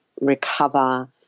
recover